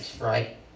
right